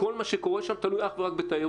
כל מה שקורה תלוי אך ורק בתיירות,